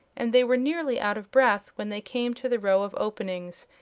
and they were nearly out of breath when they came to the row of openings,